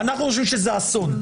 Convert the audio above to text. אנחנו חושבים שזה אסון,